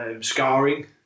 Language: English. scarring